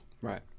right